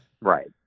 Right